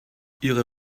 ihre